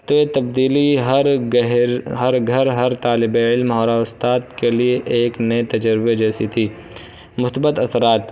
تو یہ تبدیلی ہر گہر ہر گھر ہر طالب علم اور استاد کے لیے ایک نئے تجربے جیسی تھی مثبت اثرات